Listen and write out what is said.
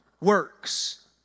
works